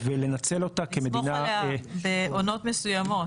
ולנצל אותה כמדינה- -- לסמוך עליה בעונות מסוימות.